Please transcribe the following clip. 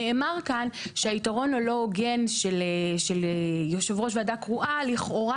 נאמר כאן שהיתרון הלא הוגן של יושב ראש ועדה קרואה לכאורה